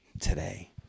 today